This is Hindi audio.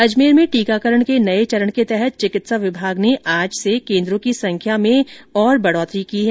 अजमेर में टीकाकरण के नए चरण के तहत चिकित्सा विभाग ने आज से केन्द्रों की संख्या में और बढ़ोतरी कर दी है